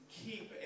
keep